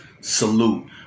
salute